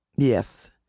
Yes